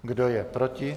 Kdo je proti?